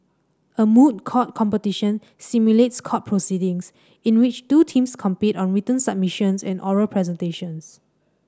a moot court competition simulates court proceedings in which two teams compete on written submissions and oral presentations